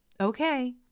Okay